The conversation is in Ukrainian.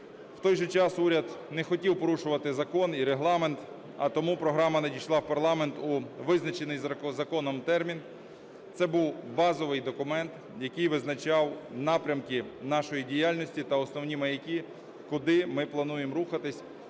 В той же час, уряд не хотів порушувати закон і Регламент, а тому програма надійшла в парламент у визначений законом термін. Це був базовий документ, який визначав напрямки нашої діяльності та основні маяки, куди ми плануємо рухатись